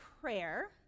prayer